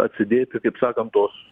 atsidėti kaip sakant tos